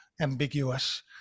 ambiguous